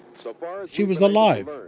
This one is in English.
so but she was alive.